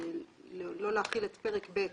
דהיינו לא להחיל את פרק ב'